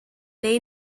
neu